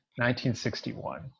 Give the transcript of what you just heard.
1961